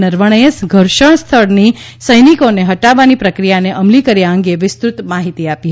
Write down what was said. નરવણેએ ઘર્ષણ સ્થળથી સૈનિકોને હટાવવાની પ્રક્રિયાને અમલી કર્યા અંગે વિસ્તૃત માહિતી આપી